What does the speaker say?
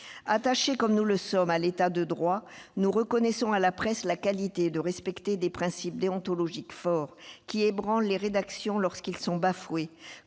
Attachés comme nous le sommes à l'état de droit, nous reconnaissons à la presse la qualité de respecter des principes déontologiques forts, qui ébranlent les rédactions lorsqu'ils sont bafoués,